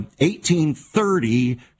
1830